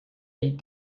eight